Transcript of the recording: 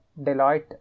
Deloitte